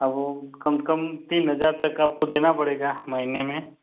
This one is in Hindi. अब वह कम से कम तीन हज़ार तक आपको देना पड़ेगा महीने में